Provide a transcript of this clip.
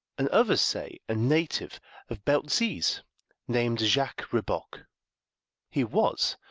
and others say a native of beltztize, named jacques reboc he was,